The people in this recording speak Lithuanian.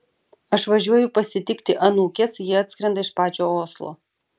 aš važiuoju pasitikti anūkės ji atskrenda iš pačio oslo